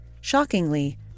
Shockingly